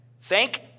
thank